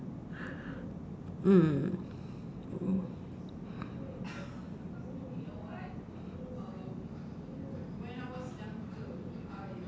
mm